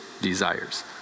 desires